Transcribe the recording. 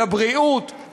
לבריאות,